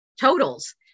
totals